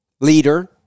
leader